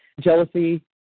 jealousy